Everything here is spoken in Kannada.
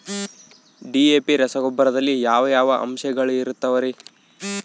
ಡಿ.ಎ.ಪಿ ರಸಗೊಬ್ಬರದಲ್ಲಿ ಯಾವ ಯಾವ ಅಂಶಗಳಿರುತ್ತವರಿ?